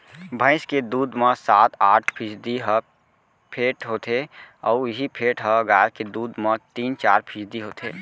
भईंस के दूद म सात आठ फीसदी ह फेट होथे अउ इहीं फेट ह गाय के दूद म तीन चार फीसदी होथे